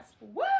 Woo